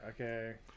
okay